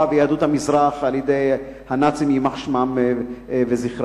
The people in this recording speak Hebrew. ויהדות המזרח על-ידי הנאצים יימח שמם וזכרם.